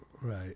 right